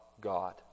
God